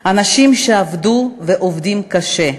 אנשים שעבדו ועובדים קשה.